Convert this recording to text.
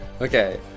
Okay